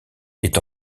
est